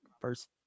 first